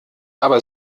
aber